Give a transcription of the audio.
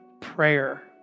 prayer